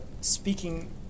speaking